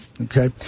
okay